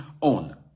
on